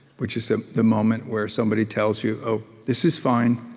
which is the the moment where somebody tells you, oh, this is fine